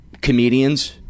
comedians